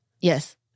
Yes